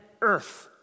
Earth